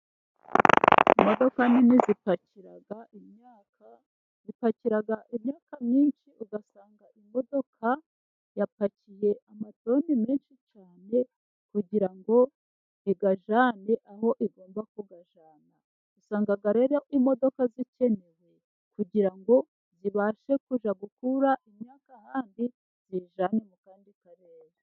Imodoka nini zipakira imyaka, zipakira imyaka myinshi, ugasanga imodoka yapakiye amatoni menshi cyane kugira ngo iyajyane aho igomba kuyajyana. Usanga rero imodoka zikenewe kugira ngo zibashe kujya gukura imyaka ahandi, ziyijyane mu kandi karere.